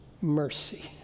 mercy